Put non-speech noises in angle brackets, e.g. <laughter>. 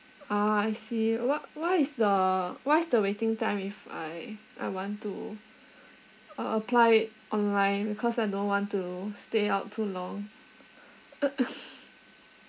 ah I see what what is the what is the waiting time if I I want to uh apply it online because I don't want to stay out too long <laughs>